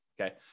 Okay